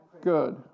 Good